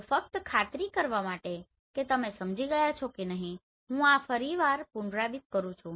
તો ફક્ત ખાતરી કરવા માટે કે તમે આ સમજી ગયા છો કે નહીં હું આ ફરી એક વાર પુનરાવર્તિત કરું છું